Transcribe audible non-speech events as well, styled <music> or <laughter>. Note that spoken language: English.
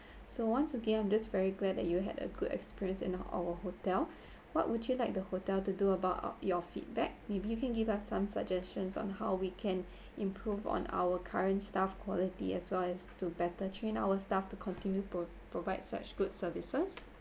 so once again I'm just very glad that you had a good experience in uh our hotel <breath> what would you like the hotel to do about uh your feedback maybe you can give us some suggestions on how we can <breath> improve on our current staff quality as well as to better train our staff to continue to provide such good services